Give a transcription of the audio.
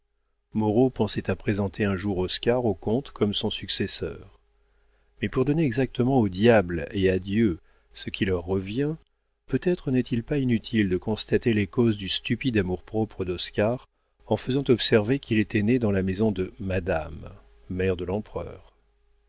moreau pensait à présenter un jour oscar au comte comme son successeur mais pour donner exactement au diable et à dieu ce qui leur revient peut-être n'est-il pas inutile de constater les causes du stupide amour-propre d'oscar en faisant observer qu'il était né dans la maison de madame mère de l'empereur